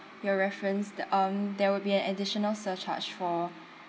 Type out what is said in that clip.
your reference the~ um there will be an additional surcharge for